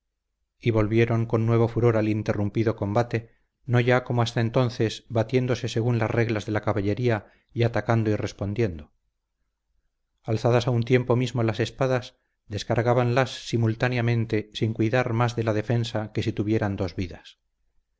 y volvieron con nuevo furor al interrumpido combate no ya como hasta entonces batiéndose según las reglas de la caballería y atacando y respondiendo alzadas a un tiempo mismo las espadas descargábanlas simultáneamente sin cuidar más de la defensa que si tuvieran dos vidas